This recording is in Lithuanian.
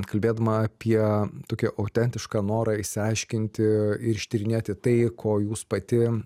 kalbėdama apie tokį autentišką norą išsiaiškinti ir ištyrinėti tai ko jūs pati